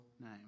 name